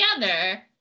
together